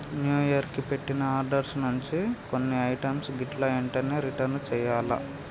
new year కి పెట్టిన orders నుంచి కొన్ని ఐటమ్స్ గిట్లా ఎంటనే రిటర్న్ చెయ్యాల్ల